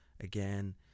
again